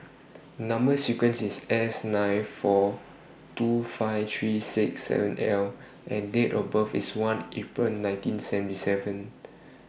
Number sequence IS S nine four two five three six seven L and Date of birth IS one April nineteen seventy seven